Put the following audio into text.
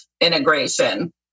integration